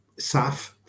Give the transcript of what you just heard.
SAF